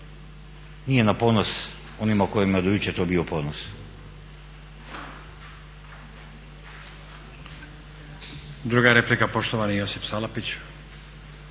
nije na ponos onima kojima je do jučer to bio ponos.